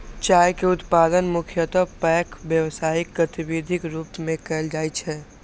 चाय के उत्पादन मुख्यतः पैघ व्यावसायिक गतिविधिक रूप मे कैल जाइ छै